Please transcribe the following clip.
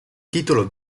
titolo